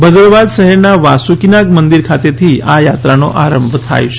ભદરવાદ શહેરના વાસુકીનાગ મંદિર ખાતેથી આ યાત્રાનો આરંભ થાય છે